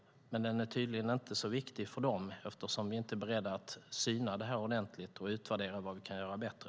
Den är tydligen inte så viktig för dem eftersom ni inte är beredda att syna detta ordentligt och utvärdera vad vi kan göra bättre.